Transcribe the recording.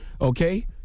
okay